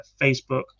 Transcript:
Facebook